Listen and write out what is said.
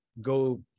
go